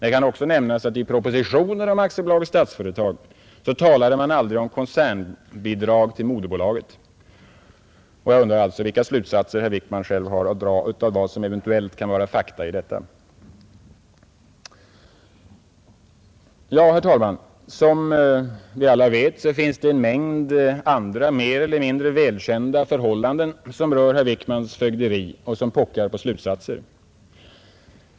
Det kan också nämnas att det i propositionen om Statsföretag AB aldrig talades om koncernbidrag till moderbolaget. Vad är fakta, herr Wickman, och vilka slutsatser kan man dra? Herr talman! Som alla vet finns det en mängd andra mer eller mindre välkända förhållanden som rör herr Wickmans fögderi och som pockar på slutsatser.